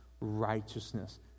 righteousness